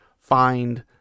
find